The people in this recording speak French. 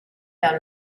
vers